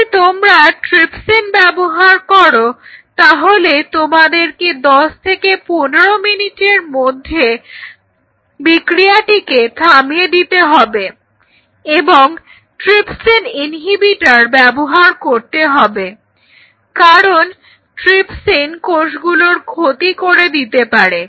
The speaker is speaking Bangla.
যদি তোমরা ট্রিপসিন ব্যবহার করো তাহলে তোমাদেরকে দশ থেকে পনেরো মিনিটের মধ্যে বিক্রিয়াটিকে থামিয়ে দিতে হবে এবং ট্রিপসিন ইনহিবিটর ব্যবহার করতে হবে কারণ ট্রিপসিন কোষগুলোর ক্ষতি করে দিতে পারে